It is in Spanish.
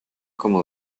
como